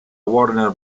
warner